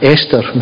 Esther